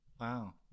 Wow